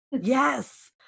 Yes